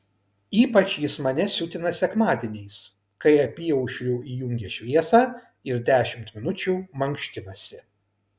ypač jis mane siutina sekmadieniais kai apyaušriu įjungia šviesą ir dešimt minučių mankštinasi